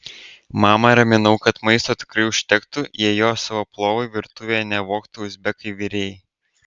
mamą raminau kad maisto tikrai užtektų jei jo savo plovui virtuvėje nevogtų uzbekai virėjai